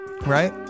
right